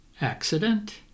Accident